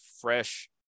fresh